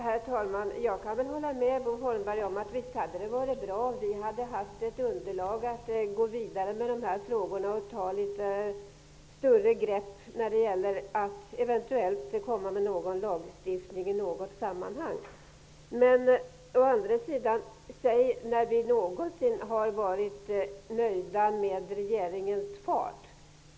Herr talman! Jag kan hålla med Bo Holmberg om att det visst hade varit bra om vi hade haft underlag för att gå vidare med de här frågorna och ta litet större grepp för att eventuellt komma med någon lagstiftning. Men säg när vi någonsin har varit nöjda med regeringens tempo.